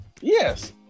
yes